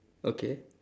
okay